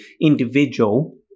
individual